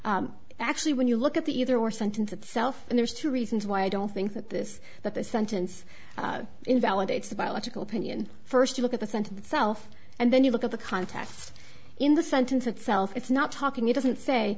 sentence actually when you look at the either or sentence itself and there's two reasons why i don't think that this that this sentence invalidates the biological opinion first you look at the center itself and then you look at the context in the sentence itself it's not talking it doesn't say